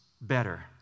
better